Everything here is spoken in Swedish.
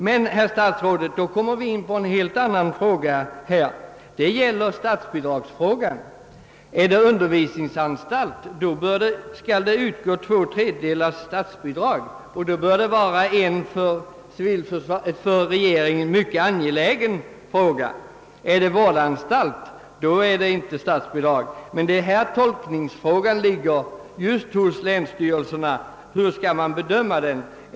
Men, herr statsråd, då kommer vi in på en helt annan fråga, nämligen statsbidragsfrågan. Är det undervisningsanstalt, skall det utgå två tredjedelar i statsbidrag, och då bör skyddsrumsfrågan vara en för regeringen mycket viktig sak. Är det vårdanstalt, utgår däremot inte statsbidrag. Tolkningsfrågan ligger just hos länsstyrelserna. Det är de som skall bedöma den.